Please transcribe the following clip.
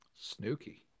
Snooky